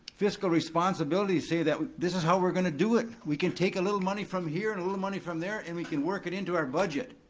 fiscal responsibility to say that this is how we're gonna do it. we can take a little money from here, and a little money from there, and we can work it into our budget.